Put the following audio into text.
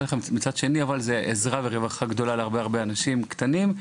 מצד שני אבל זו עזרה ורווחה גדולה להרבה הרבה אנשים קטנים,